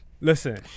listen